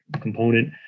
component